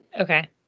okay